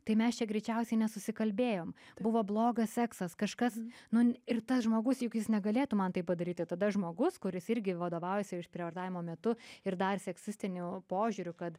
tai mes čia greičiausiai nesusikalbėjom buvo blogas seksas kažkas nu ir tas žmogus juk jis negalėtų man tai padaryti tada žmogus kuris irgi vadovaujasi išprievartavimo metu ir dar seksistiniu požiūriu kad